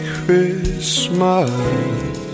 Christmas